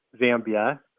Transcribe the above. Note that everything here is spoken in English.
Zambia